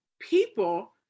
people